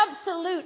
absolute